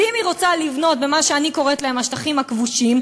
ואם היא רוצה לבנות במה שאני קוראת לו השטחים הכבושים,